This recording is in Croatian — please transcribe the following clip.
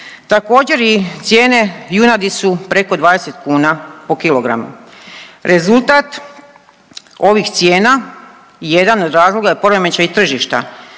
Također, i cijene junadi su preko 20 kuna po kilogramu. Rezultat ovih cijena jedan od razloga je poremećaj tržišta,